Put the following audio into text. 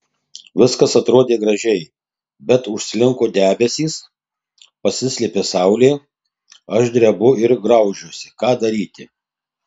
viskas atrodė gražiai bet užslinko debesys pasislėpė saulė aš drebu ir graužiuosi ką daryti